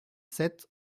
sept